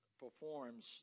performs